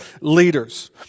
leaders